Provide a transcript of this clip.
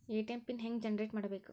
ATM pin ಹೆಂಗ್ generate ಮಾಡಬೇಕು?